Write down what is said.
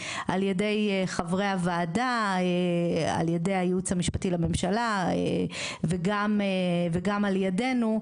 על ידי חברי הוועדה ועל ידי הייעוץ המשפטי לממשלה וגם על ידינו,